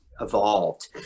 evolved